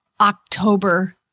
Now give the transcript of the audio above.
October